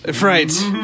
Right